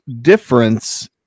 difference